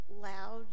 loud